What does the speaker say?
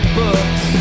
books